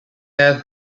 have